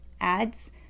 ads